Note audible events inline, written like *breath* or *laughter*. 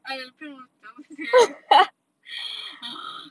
!aiya! 不要叫我讲这些 *breath*